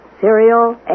Cereal